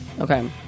okay